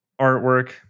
artwork